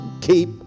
keep